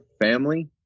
family